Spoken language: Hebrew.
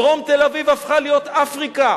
דרום תל-אביב הפכה להיות אפריקה.